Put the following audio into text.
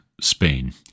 Spain